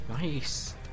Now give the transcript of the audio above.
Nice